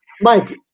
Mike